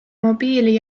mobiili